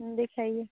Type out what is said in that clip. हूं दिखाइए